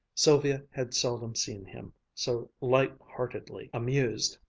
sylvia had seldom seen him so light-heartedly amused.